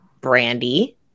brandy